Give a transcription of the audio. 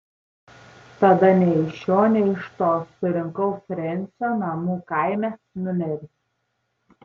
tada nei iš šio nei iš to surinkau frensio namų kaime numerį